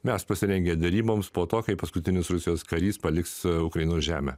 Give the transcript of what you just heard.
mes pasirengę deryboms po to kai paskutinis rusijos karys paliks ukrainos žemę